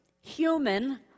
human